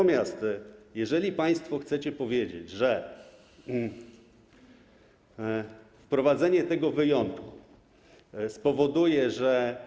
Natomiast, jeżeli państwo chcecie powiedzieć, że wprowadzenie tego wyjątku spowoduje, że.